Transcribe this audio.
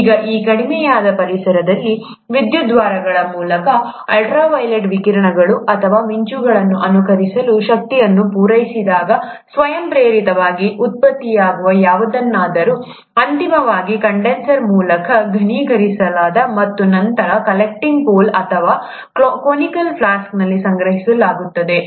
ಈಗ ಈ ಕಡಿಮೆಯಾದ ಪರಿಸರದಲ್ಲಿ ವಿದ್ಯುದ್ವಾರಗಳ ಮೂಲಕ ಅಲ್ಟ್ರಾ ವೈಲೆಟ್ ವಿಕಿರಣಗಳು ಅಥವಾ ಮಿಂಚುಗಳನ್ನು ಅನುಕರಿಸಲು ಶಕ್ತಿಯನ್ನು ಪೂರೈಸಿದಾಗ ಸ್ವಯಂಪ್ರೇರಿತವಾಗಿ ಉತ್ಪತ್ತಿಯಾಗುವ ಯಾವುದನ್ನಾದರೂ ಅಂತಿಮವಾಗಿ ಕಂಡೆನ್ಸರ್ ಮೂಲಕ ಘನೀಕರಿಸಲಾಗುತ್ತದೆ ಮತ್ತು ನಂತರ ಕಲೆಕ್ಟಿಂಗ್ ಪೋಲ್ ಅಥವಾ ಕೊನಿಕಲ್ ಫ್ಲಾಸ್ಕ್ ಅಲ್ಲಿ ಸಂಗ್ರಹಿಸಲಾಗುತ್ತದೆ